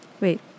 wait